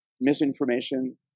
misinformation